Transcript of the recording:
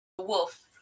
wolf